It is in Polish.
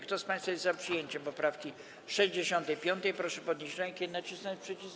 Kto z państwa jest za przyjęciem poprawki 65., proszę podnieść rękę i nacisnąć przycisk.